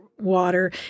Water